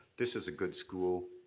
this is a good school,